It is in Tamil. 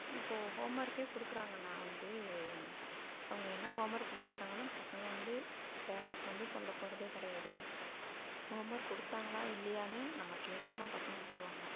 இப்போ ஹோம் ஒர்க்கே கொடுக்குறாங்கன்னா வந்து அவங்க என்ன ஹோம் ஒர்க் கொடுத்துருக்காங்கன்னு பசங்க வந்து பேரண்ட்ஸ்கிட்ட வந்து சொல்ல போகறதே கிடையாது ஹோம் ஒர்க் கொடுத்தாங்களா இல்லையான்னு நம்ம கேட்டால்தான் பசங்க சொல்லுவாங்க